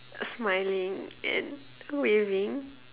smiling and waving